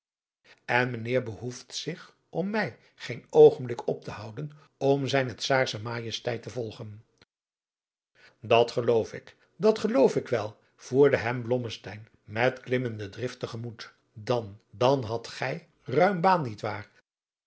en mijnheer behoeft zich om mij geen oogenblik op te houden om zijne czaarsche majesteit te volgen dat geloof ik dat geloof ik wel voerde hem blommesteyn met klimmende drift te gemoet dan dan hadt gij ruim baan niet waar